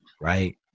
Right